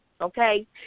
okay